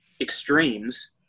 extremes